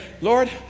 Lord